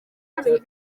afitanye